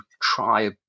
try